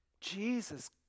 Jesus